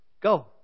Go